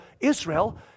Israel